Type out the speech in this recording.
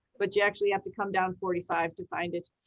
but you actually have to come down forty five to find it.